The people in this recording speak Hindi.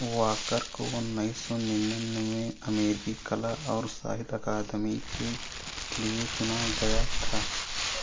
वॉकर को उन्नीस सौ निन्यानबे में अमेरिकी कला और साहित्य अकादमी के लिए चुना गया था